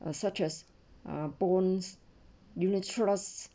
as such as bonds unit trust